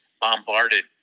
bombarded